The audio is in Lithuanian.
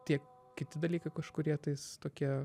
tie kiti dalykai kažkurie tais tokie